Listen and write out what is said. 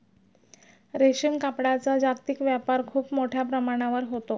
रेशीम कापडाचा जागतिक व्यापार खूप मोठ्या प्रमाणावर होतो